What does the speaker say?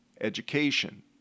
Education